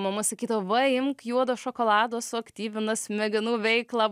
mama sakydavo va imk juodo šokolado suaktyvina smegenų veiklą